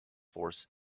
force